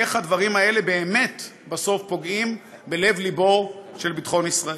איך הדברים האלה באמת בסוף פוגעים בלב-לבו של ביטחון ישראל.